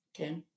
okay